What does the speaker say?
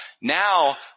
Now